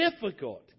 difficult